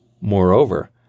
Moreover